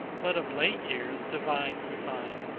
but of late years, divines, we find,